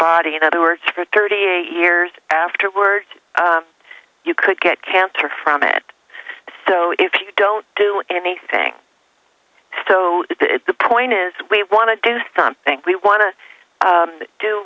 body in other words for thirty eight years afterward you could get cancer from it so if you don't do anything so the point is we want to do something we want to